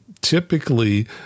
Typically